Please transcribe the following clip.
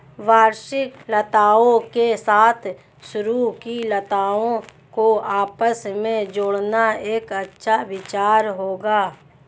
वार्षिक लताओं के साथ सरू की लताओं को आपस में जोड़ना एक अच्छा विचार होगा